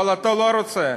אבל אתה לא רוצה,